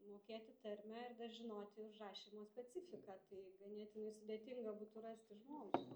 mokėti tarmę ir dar žinoti užrašymo specifiką tai ganėtinai sudėtinga būtų rasti žmogų